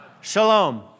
Shalom